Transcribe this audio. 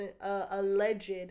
alleged